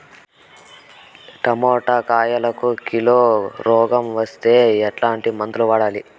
Tomato కాయలకు kilo రోగం వస్తే ఎట్లాంటి మందులు వాడాలి?